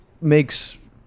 makes